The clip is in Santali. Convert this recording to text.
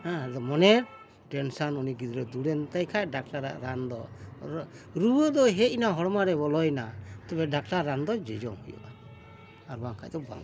ᱦᱮᱸ ᱟᱫᱚ ᱢᱚᱱᱮ ᱴᱮᱱᱥᱚᱱ ᱩᱱᱤ ᱜᱤᱫᱽᱨᱟᱹ ᱫᱩᱲᱩᱡ ᱮᱱᱛᱟᱭ ᱠᱷᱟᱱ ᱰᱟᱠᱛᱟᱨᱟᱜ ᱨᱟᱱ ᱫᱚ ᱨᱩᱣᱟᱹ ᱫᱚ ᱦᱮᱡ ᱮᱱᱟ ᱦᱚᱲᱢᱚ ᱨᱮ ᱵᱚᱞᱚᱭᱮᱱᱟ ᱛᱚᱵᱮ ᱰᱟᱠᱛᱟᱨ ᱨᱟᱱ ᱫᱚ ᱡᱚᱡᱚᱢ ᱦᱩᱭᱩᱜᱼᱟ ᱟᱨ ᱵᱟᱝᱠᱷᱟᱱ ᱫᱚ ᱵᱟᱝ ᱦᱩᱭᱩᱜᱼᱟ